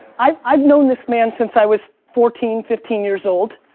i've i've known this man since i was fourteen, fifteen years old,